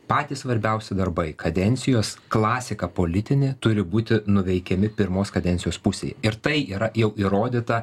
patys svarbiausi darbai kadencijos klasika politinė turi būti nuveikiami pirmos kadencijos pusėj ir tai yra jau įrodyta